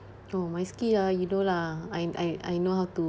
oh my skill ah you do lah I I I know how to